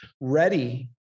ready